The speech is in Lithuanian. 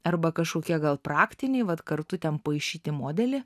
arba kažkokie gal praktiniai vat kartu ten paišyti modelį